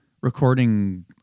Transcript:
recording